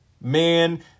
man